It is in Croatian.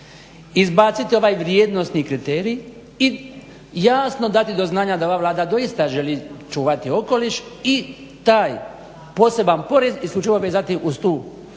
izbaciti ovaj vrijednosni kriterij i jasno dati do znanja da ova Vlada doista želi čuvati okoliš i taj poseban porez isključivo vezati uz tu,